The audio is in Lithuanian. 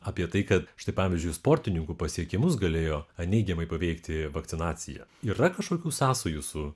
apie tai kad štai pavyzdžiui sportininkų pasiekimus galėjo neigiamai paveikti vakcinacija yra kažkokių sąsajų su